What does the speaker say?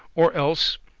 or else,